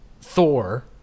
Thor